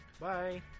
Bye